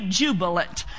jubilant